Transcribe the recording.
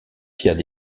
pierre